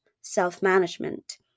self-management